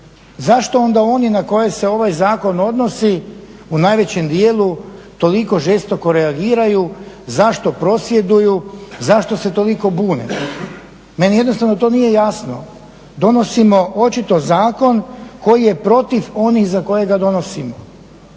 Zašto onda oni na koje se ovaj zakon odnosi u najvećem dijelu toliko žestoko reagiraju, zašto prosvjeduju, zašto se toliko bune? Meni jednostavno to nije jasno. Donosimo očito zakon koji je protiv onih za koje ga donosimo.